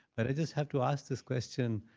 but i just have to ask this question,